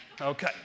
Okay